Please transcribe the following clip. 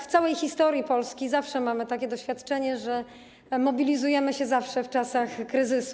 W całej historii Polski zawsze mamy takie doświadczenie, że mobilizujemy się zawsze w czasach kryzysu.